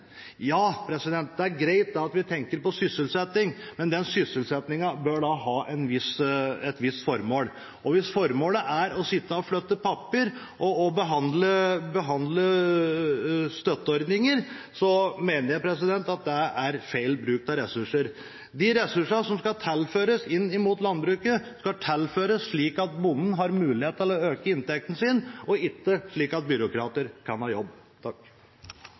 Ja, det er greit at vi tenker på sysselsetting, men den sysselsettingen bør ha et visst formål, og hvis formålet er å sitte og flytte papir og behandle støtteordninger, mener jeg at det er feil bruk av ressurser. De ressursene som skal tilføres inn mot landbruket, skal tilføres slik at bonden har mulighet til å øke inntekten sin, og ikke slik at byråkrater kan ha jobb.